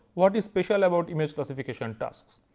what is special about image classification tasks.